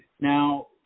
Now